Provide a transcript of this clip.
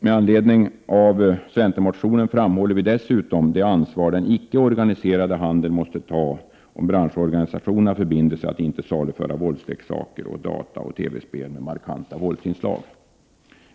Med anledning av centermotionen framhåller vi dessutom det ansvar den icke organiserade handeln måste ta, om branschorganisationerna förbinder sig att inte saluföra våldsleksaker och dataoch TV-spel med markanta våldsinslag.